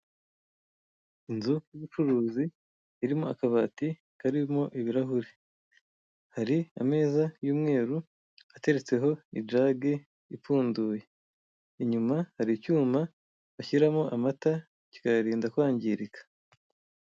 Inzu y'ubucuruzi irimo akabati karimo ibirahure, hari ameza y'umweru ateretseho ijage ipfunduye, inyuma hari icyuma bashyiramo amata kikayarinda kwangirika.